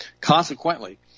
Consequently